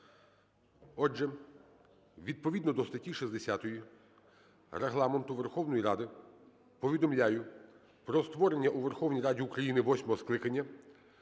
Отже, відповідно до статті 60 Регламенту Верховної Ради повідомляю про створення у Верховній Раді України восьмого скликання